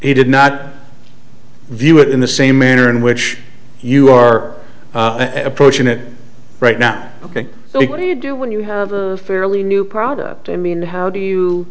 he did not view it in the same manner in which you are approaching it right now ok so what do you do when you have a fairly new product i mean how do you